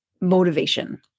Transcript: motivation